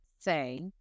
say